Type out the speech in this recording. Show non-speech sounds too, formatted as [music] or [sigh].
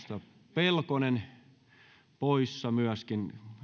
pelkonen [unintelligible] [unintelligible] on poissa myöskin